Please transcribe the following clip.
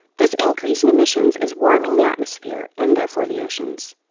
this increase in emissions is warming the atmosphere, and therefore the oceans.